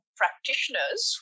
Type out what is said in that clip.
practitioners